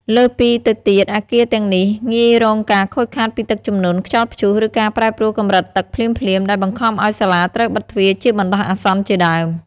លើសពីទៅទៀតអគារទាំងនេះងាយរងការខូចខាតពីទឹកជំនន់ ខ្យល់ព្យុះ ឬការប្រែប្រួលកម្រិតទឹកភ្លាមៗ ដែលបង្ខំឱ្យសាលាត្រូវបិទទ្វារជាបណ្តោះអាសន្នជាដើម។